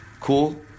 Cool